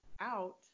out